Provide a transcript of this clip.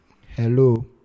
hello